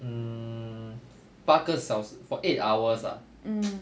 mm 八个小时 for eight hours ah